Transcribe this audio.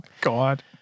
God